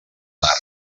mar